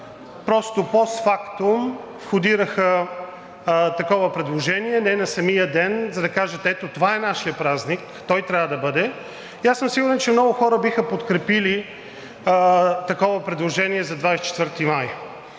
25-и, постфактум входираха такова предложение, не на самия ден, за да кажат: ето, това е нашият празник, той трябва да бъде. И аз съм сигурен, че много хора биха подкрепили такова предложение за 24 май.